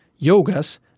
yogas